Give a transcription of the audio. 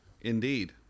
Indeed